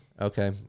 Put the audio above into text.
Okay